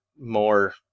more